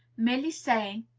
merely saying,